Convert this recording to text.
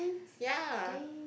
ya